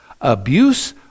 Abuse